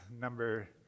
number